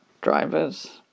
drivers